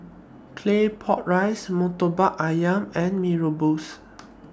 Claypot Rice Murtabak Ayam and Mee Rebus